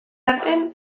arren